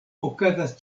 okazas